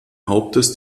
hauptes